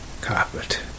carpet